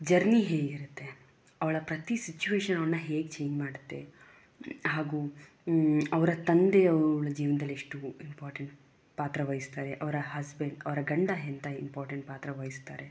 journey ಹೇಗಿರುತ್ತೆ ಅವಳ ಪ್ರತಿ ಸಿಚುವೇಶನ್ ಅವ್ಳನ್ನ ಹೇಗೆ ಚೇಂಜ್ ಮಾಡುತ್ತೆ ಹಾಗೂ ಅವರ ತಂದೆ ಅವ್ಳ ಜೀವನ್ದಲ್ಲಿ ಎಷ್ಟು ಇಂಪಾರ್ಟೆಂಟ್ ಪಾತ್ರವಹಿಸ್ತಾರೆ ಅವರ ಹಸ್ಬೆಂಡ್ ಅವರ ಗಂಡ ಎಂಥ ಇಂಪಾರ್ಟೆಂಟ್ ಪಾತ್ರವಹಿಸ್ತಾರೆ